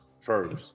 first